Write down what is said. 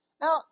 Now